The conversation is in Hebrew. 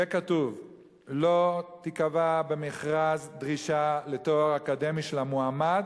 יהיה כתוב: "לא תיקבע במכרז דרישה לתואר אקדמי של המועמד